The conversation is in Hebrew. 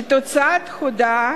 שהוצאת הודאה